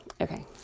okay